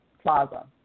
plaza